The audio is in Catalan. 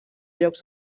llocs